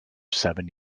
seven